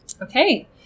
Okay